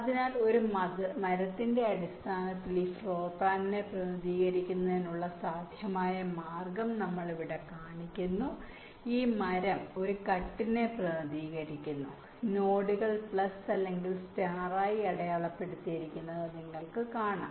അതിനാൽ ഒരു മരത്തിന്റെ അടിസ്ഥാനത്തിൽ ഒരു ഫ്ലോർ പ്ലാനിനെ പ്രതിനിധീകരിക്കുന്നതിനുള്ള സാധ്യമായ ഒരു മാർഗ്ഗം നമ്മൾ ഇവിടെ കാണിക്കുന്നു ഈ മരം ഒരു കട്ടിനെ പ്രതിനിധീകരിക്കുന്നു നോഡുകൾ പ്ലസ് അല്ലെങ്കിൽ സ്റ്റാർ ആയി അടയാളപ്പെടുത്തിയിരിക്കുന്നത് നിങ്ങൾക്ക് ഇവിടെ കാണാം